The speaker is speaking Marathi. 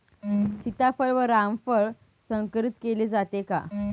सीताफळ व रामफळ संकरित केले जाते का?